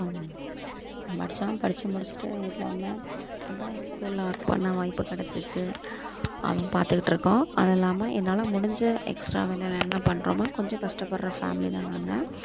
படித்தேன் படித்து முடிச்சிட்டு வீட்டில் வந்தேன் அப்புறோம் ஸ்கூலில் ஒர்க் பண்ண வாய்ப்பு கிடச்சிருச்சு அதுவும் பார்த்துக்கிட்ருக்கோம் அது இல்லாமல் என்னால் முடிஞ்ச எக்ஸ்டாக வேலையில் என்ன பண்ணுறமோ கொஞ்சம் கஷ்டப்படுற ஃபேம்லி தான் நாங்கள்